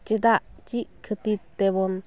ᱪᱮᱫᱟᱜ ᱪᱮᱫ ᱠᱷᱟᱹᱛᱤᱨ ᱛᱮᱵᱚᱱ